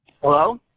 Hello